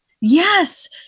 Yes